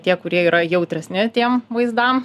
tie kurie yra jautresni tiem vaizdam